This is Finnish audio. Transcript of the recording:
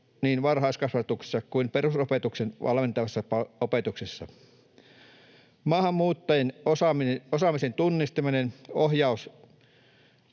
niin varhaiskasvatuksessa kuin perusopetuksen valmentavassa opetuksessa. Maahanmuuttajien osaamisen tunnistaminen, ohjaus